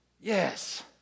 Yes